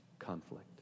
conflict